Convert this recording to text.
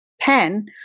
pen